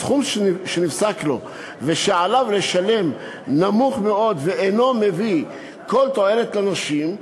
הסכום שנפסק לו ושעליו לשלם נמוך מאוד ואינו מביא כל תועלת לנושים,